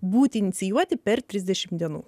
būti inicijuoti per trisdešim dienų